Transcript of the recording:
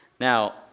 Now